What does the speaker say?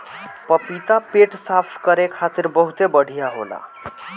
पपीता पेट साफ़ करे खातिर बहुते बढ़िया होला